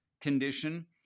condition